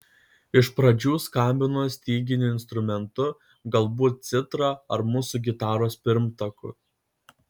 iš pradžių skambino styginiu instrumentu galbūt citra ar mūsų gitaros pirmtaku